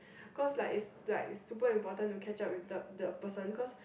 cause like is like is super important to catch up with the the person because